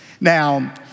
Now